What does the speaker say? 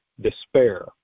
despair